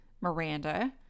miranda